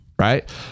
right